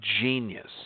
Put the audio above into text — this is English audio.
genius